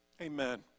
Amen